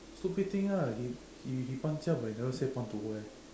stupid thing ah he he 搬家 but never say 搬 to where